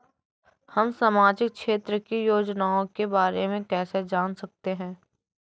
हम सामाजिक क्षेत्र की योजनाओं के बारे में कैसे जान सकते हैं?